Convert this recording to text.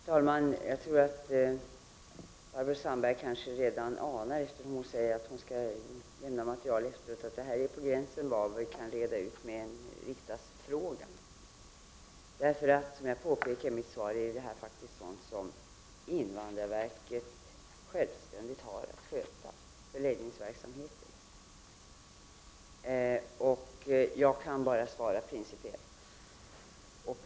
Herr talman! Jag tror att Barbro Sandberg redan anar, eftersom hon säger att hon skall lämna material efter debatten, att detta är på gränsen till vad som kan behandlas i en riksdagsfråga. Såsom jag påpekade i mitt svar är förläggningsverksamheten något som invandrarverket självständigt har att sköta. Jag kan bara svara principiellt.